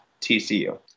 TCU